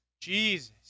Jesus